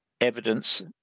evidence